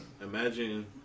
imagine